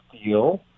steel